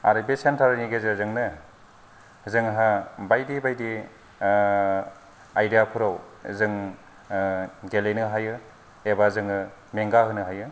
आरो बे सेन्टारनि गेजेरजोंनो जोंहा बायदि बायदि आयदाफोराव जों गेलेनो हायो एबा जोङो मेंगा होनो हायो